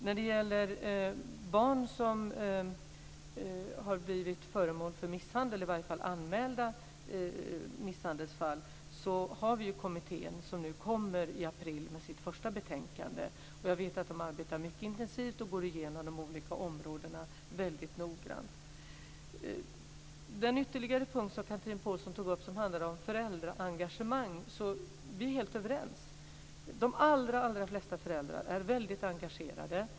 När det gäller barn som har blivit föremål för misshandel - eller i varje fall anmälda misshandelsfall - har vi en kommitté som i april kommer med sitt första betänkande. Jag vet att den arbetar mycket intensivt och går igenom de olika områden väldigt noggrant. Vi är helt överens om den ytterligare punkt som Chatrine Pålsson tar upp som handlar om föräldraengagemang. De allra flesta föräldrar är väldigt engagerade.